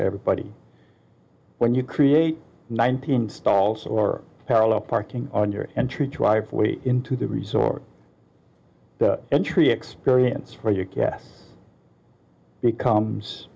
everybody when you create nineteen stalls or parallel parking on your entry to drive way into the resort the entry experience for your gas becomes